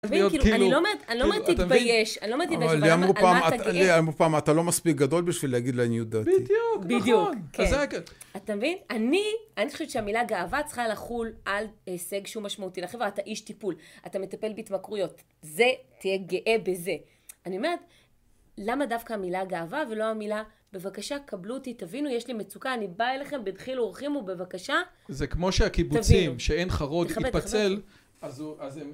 אתה מבין, כאילו, אני לא מאד תתבייש, אני לא מאד תתבייש, אבל למה אתה גאה? אמרו פעם, אתה לא מספיק גדול בשביל להגיד לעניות דעתי. בדיוק, נכון. אז זה היה כיף. אתה מבין, אני חושבת שהמילה גאווה צריכה לחול על הישג שהוא משמעותי. לחבר'ה, אתה איש טיפול, אתה מטפל בהתמקרויות, זה, תהיה גאה בזה. אני אומרת, למה דווקא המילה גאווה ולא המילה, בבקשה, קבלו אותי, תבינו, יש לי מצוקה, אני באה אליכם והתחילו אורחים ובבקשה, תבינו, תכבד, תכבד.